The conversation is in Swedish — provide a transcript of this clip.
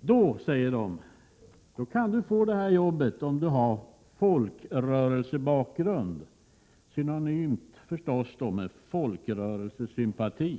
då kan du få det här jobbet, om du har folkrörelsebakgrund—- synonymt med, förstås, folkrörelsesympati.